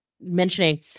mentioning